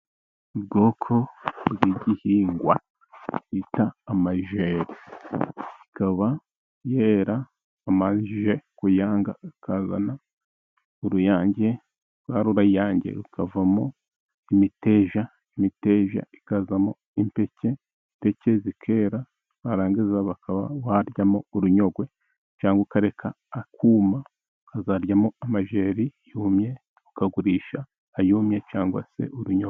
Ubwoko bw'igihingwa bita amajeri, akaba yera abanje kuyanga akazana uruyange, rwa ruyange rukavamo imiteja imiteja ikazamo impeke impeke zikera, warangiza ukaba waryamo urunyogwe cyangwa ukareka akuma, ukazaryamo amajeri yumye, ukagurisha ayumye cyangwa se urunyogwe.